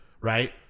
right